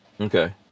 okay